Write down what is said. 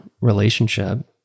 relationship